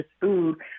food